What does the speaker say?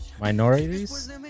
minorities